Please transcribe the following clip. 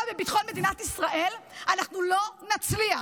בביטחון מדינת ישראל אנחנו לא נצליח.